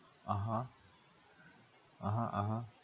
(uh huh) (uh huh) (uh huh)